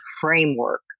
framework